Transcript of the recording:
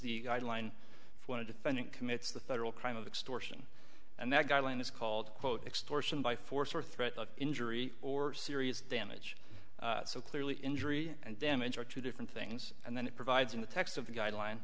the guideline for the defendant commits the federal crime of extortion and that guideline is called extortion by force or threat of injury or serious damage so clearly injury and damage are two different things and then it provides in the text of the guideline